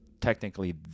technically